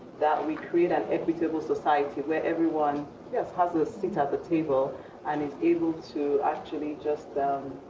that we create an equitable society where everyone has has a seat at the table and is able to, actually, just